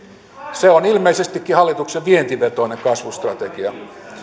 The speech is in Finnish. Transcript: se on ilmeisestikin hallituksen vientivetoinen kasvustrategia